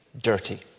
dirty